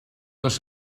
dos